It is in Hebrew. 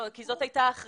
לא, כי זאת הייתה החרגה.